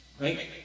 Right